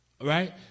Right